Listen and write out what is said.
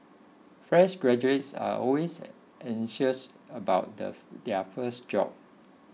fresh graduates are always anxious about the their first job